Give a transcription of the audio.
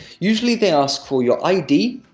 usually, they ask for your id,